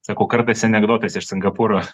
sakau kartais anekdotas iš singapūro